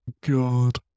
God